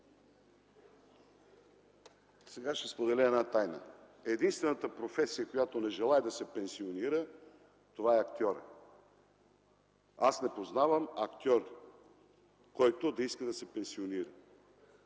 Сега ще споделя една тайна. Единствената професия, в която не желаят да се пенсионират, е актьорската. Аз не познавам актьор, който иска да се пенсионира.